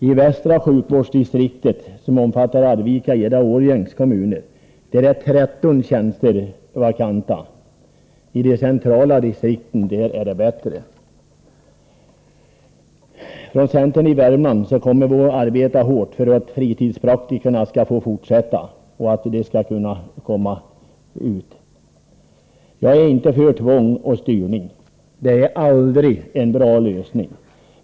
I västra sjukvårdsdistriktet, som omfattar Arvikas, Edas och Årjängs kommuner, är 13 tjänster vakanta. I de centrala distrikten är det bättre. Centern i Värmland kommer att arbeta hårt för att fritidspraktikerna skall få fortsätta, och för att de skall komma ut i bygderna. Jag är inte för tvång och styrning. Det är aldrig en bra lösning.